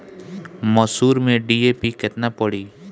मसूर में डी.ए.पी केतना पड़ी?